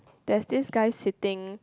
there's this guy sitting